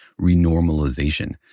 renormalization